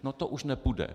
No to už nepůjde.